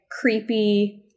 creepy